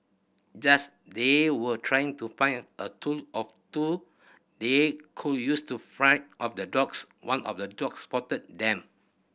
just they were trying to find a tool or two they could use to fend off the dogs one of the dogs spotted them